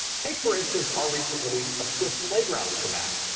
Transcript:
take, for instance, our recent release of swift playgrounds for mac.